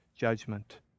judgment